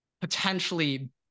Potentially